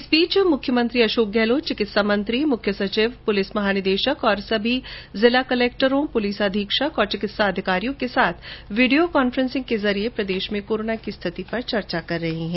इस बीच मुख्यमंत्री अशोक गहलोत चिकित्सा मंत्री मुख्य सचिव पुलिस महानिदेशक और सभी जिला कलेक्टर पुलिस अधीक्षक और चिकित्सा अधिकारियों के साथ वीडियो कॉन्फ्रेंसिंग के जरिये प्रदेश में कोरोना की स्थिति पर चर्चा कर रहे हैं